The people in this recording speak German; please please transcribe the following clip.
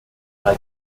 drei